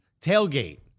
tailgate